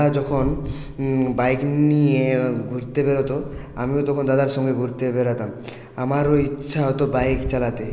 দাদা যখন বাইক নিয়ে ঘুরতে বেরোতো আমিও তখন দাদার সঙ্গে ঘুরতে বেরাতাম আমারও ইচ্ছা হত বাইক চালাতে